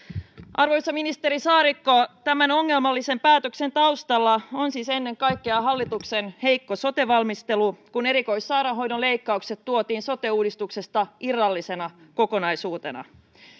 arvoisa ministeri saarikko tämän ongelmallisen päätöksen taustalla on siis ennen kaikkea hallituksen heikko sote valmistelu kun erikoissairaanhoidon leikkaukset tuotiin sote uudistuksesta irrallisena kokonaisuutena